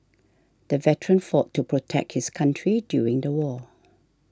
the veteran fought to protect his country during the war